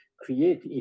create